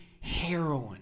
heroin